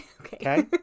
Okay